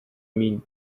mean